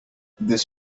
this